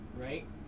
right